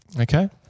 Okay